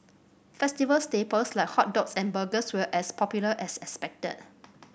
festival staples like hot dogs and burgers were as popular as expected